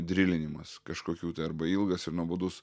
drilinimas kažkokių tai arba ilgas ir nuobodus